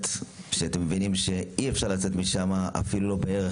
כך שאתם מבינים שאי אפשר לצאת משם חי.